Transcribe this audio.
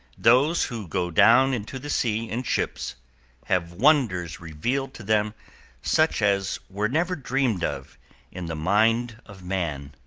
those who go down into the sea in ships have wonders revealed to them such as were never dreamed of in the mind of man.